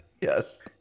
Yes